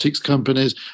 companies